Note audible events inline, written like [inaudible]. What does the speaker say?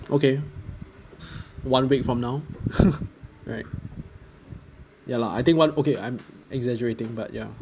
okay one week from now [breath] right ya lah I think one okay I'm exaggerating but ya